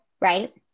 right